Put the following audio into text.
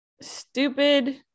stupid